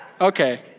okay